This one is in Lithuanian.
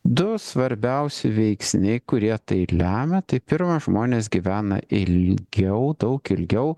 du svarbiausi veiksniai kurie tai lemia tai pirma žmonės gyvena ilgiau daug ilgiau